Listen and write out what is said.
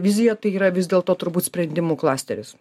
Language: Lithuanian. vizija tai yra vis dėl to turbūt sprendimų klasteris